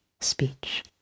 speech